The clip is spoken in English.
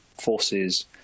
forces